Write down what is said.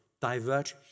divert